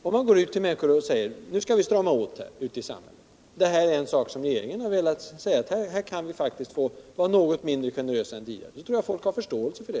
Om man går ut till människor och säger att vi skall strama åt i samhället, att regeringen har sagt att vi kan få vara något mindre generösa än tidigare, så tror jag faktiskt att folk har förståelse för det.